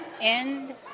end